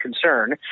concern